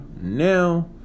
now